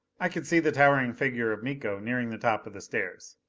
i could see the towering figure of miko nearing the top of the stairs.